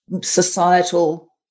societal